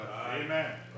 Amen